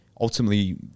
ultimately